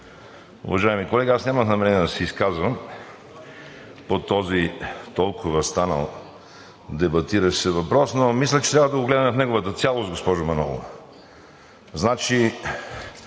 уважаеми колеги! Аз нямах намерение да се изказвам по този толкова станал дебатиращ се въпрос, но мисля, че трябва да го гледаме в неговата цялост, госпожо Манолова. Значи,